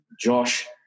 Josh